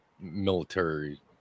military